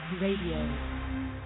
Radio